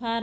फार